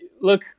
look